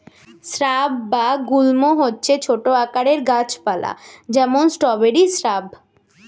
shrub বা গুল্ম হচ্ছে ছোট আকারের গাছ পালা, যেমন স্ট্রবেরি শ্রাব